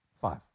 Five